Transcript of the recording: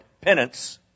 Penance